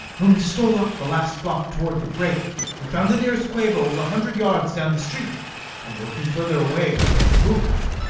when we stole up the last block toward the break we found the nearest quabo was a hundred yards down the street and working further away with every move.